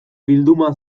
bilduma